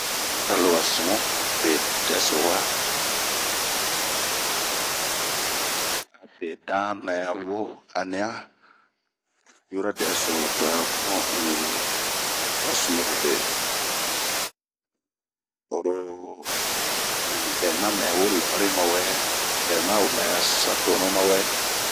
Bra lo wa sumu be dɛsowa, a to a be dan nɛ wo anian yura dɛso to a bun un woro wa sumurobe oro, Bɛ ma mɛ wo lɔ'ɔri ,bɛ ma mɛ sa tonu mawɛ.